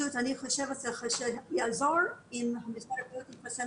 אני חושבת שיעזור אם משרד הבריאות יפרסם